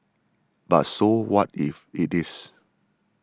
but so what if it is